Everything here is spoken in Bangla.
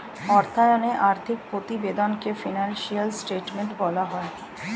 অর্থায়নে আর্থিক প্রতিবেদনকে ফিনান্সিয়াল স্টেটমেন্ট বলা হয়